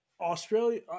australia